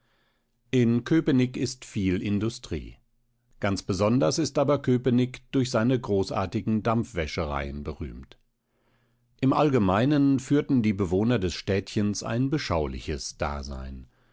in köpenick ist viel industrie ganz besonders ist aber köpenick durch seine großartigen dampfwäschereien berühmt im allgemeinen führten die bewohner des städtchens ein beschauliches dasein